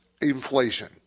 inflation